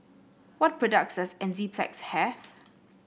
what products does Enzyplex have